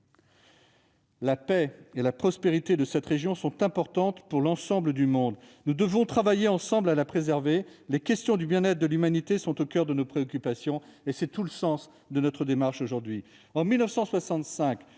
La paix et la prospérité de cette région sont importantes pour l'ensemble du monde. Nous devons travailler ensemble à les préserver. La question du bien-être de l'humanité est au coeur de nos préoccupations. C'est tout le sens de notre démarche aujourd'hui.